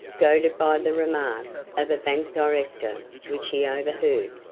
goaded by the remark of a bank director which he overheard,